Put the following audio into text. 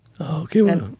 Okay